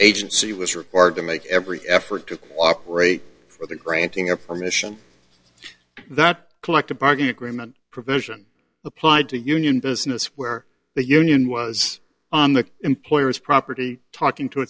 agency was required to make every effort to cooperate for the granting of permission that collective bargaining agreement provision applied to union business where the union was on the employer's property talking to